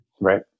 right